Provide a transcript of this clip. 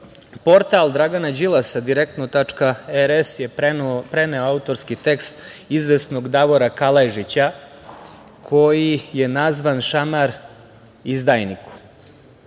portal Dragana Đilasa Direktno.rs je preneo autorski tekst izvesnog Davora Kalajžića koji je nazvan „Šamar izdajniku“.